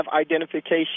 identification